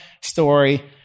story